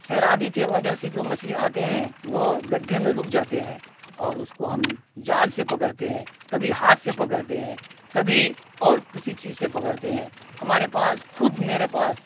سیلابی کے وجہ سے جو مچھلی آتے ہیں وہ گڈھے میں رک جاتے ہیں اور اس کو ہم جال سے پکڑتے ہیں کبھی ہاتھ سے پکڑتے ہیں کبھی اور کسی چیز سے پکڑتے ہیں ہمارے پاس خود میرے پاس